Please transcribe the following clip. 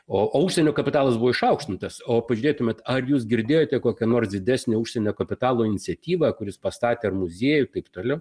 o užsienio kapitalas buvo išaukštintas o pažiūrėtumėt ar jūs girdėjote kokio nors didesnio užsienio kapitalo iniciatyvą kuris pastatė ar muziejų taip toliau